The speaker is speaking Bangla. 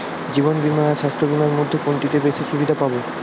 জীবন বীমা আর স্বাস্থ্য বীমার মধ্যে কোনটিতে বেশী সুবিধে পাব?